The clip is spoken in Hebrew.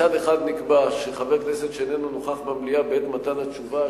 מצד אחד נקבע שחבר כנסת שאיננו נוכח במליאה בעת מתן התשובה,